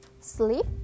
sleep